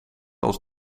als